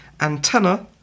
antenna